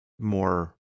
More